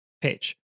pitch